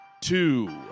two